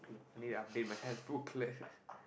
I need to update my health booklet